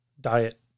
Diet